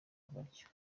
batyo